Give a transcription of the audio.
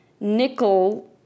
Nickel